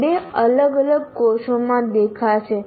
તે બે અલગ અલગ કોષોમાં દેખાશે